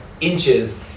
inches